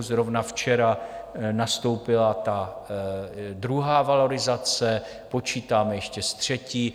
Zrovna včera nastoupila druhá valorizace, počítáme ještě s třetí.